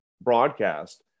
broadcast